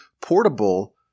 portable